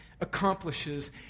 accomplishes